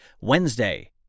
Wednesday